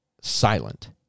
silent